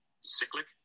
cyclic